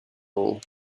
rule